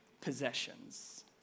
possessions